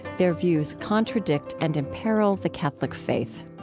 their views contradict and imperil the catholic faith.